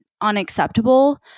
unacceptable